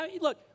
Look